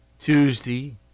Tuesday